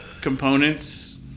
components